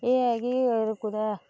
एह् ऐ कि अगर कुतै